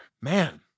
man